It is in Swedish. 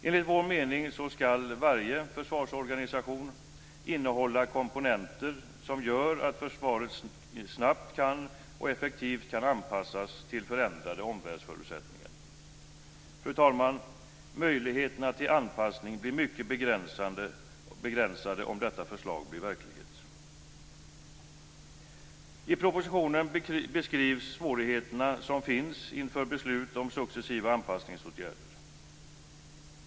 Enligt vår mening skall varje försvarsorganisation innehålla komponenter som gör att försvaret snabbt och effektivt kan anpassas till förändrade förutsättningar i omvärlden. Fru talman! Möjligheterna till anpassning blir mycket begränsade om detta förslag blir verklighet. I propositionen beskrivs de svårigheter som finns inför beslut om successiva anpassningsåtgärder.